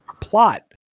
plot